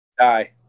Die